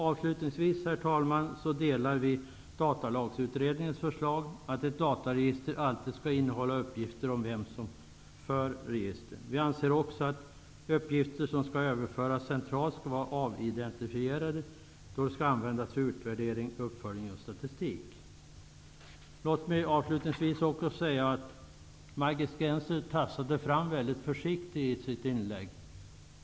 Avslutningsvis, herr talman, delar vi Datalagsutredningens förslag att ett dataregister alltid skall innehålla uppgifter om vem som för registret. Vi anser också att uppgifter som skall överföras centralt skall vara avidentifierade då de skall användas för utvärdering, uppföljning och statistik. Låt mig också säga att Margit Gennser tassade fram väldigt försiktigt i sitt inlägg.